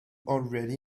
already